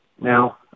now